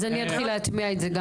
אז אני אתחיל להטמיע את זה.